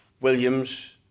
Williams